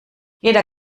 jeder